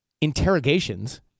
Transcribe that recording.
interrogations